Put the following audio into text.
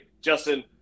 Justin